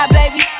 baby